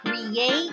create